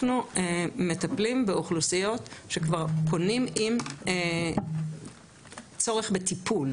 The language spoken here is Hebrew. אנחנו מטפלים באוכלוסיות כשכבר פונים עם צורך בטיפול,